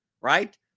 right